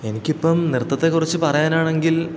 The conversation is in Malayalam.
എനിക്കിപ്പോള് നൃത്തത്തെക്കുറിച്ച് പറയാനാണെങ്കിൽ